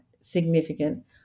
significant